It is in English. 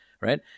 right